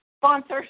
sponsors